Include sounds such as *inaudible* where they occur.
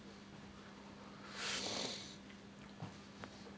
*breath*